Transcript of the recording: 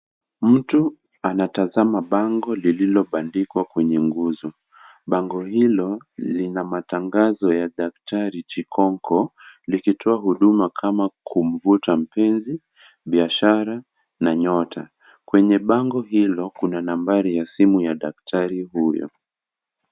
Mtu anatazama bango lililobandikwa kwenye nguzo, bango hilo lina matangazo ya daktari Chikonko likitoa huduma kama kumvuta mpenzi , biashara na nyota kwenye bango hilo kuna nambari ya simu ya daktari huyo .